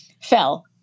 fell